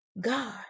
God